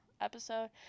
episode